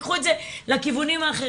קחו את זה לכיוונים האחרים,